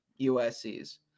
USC's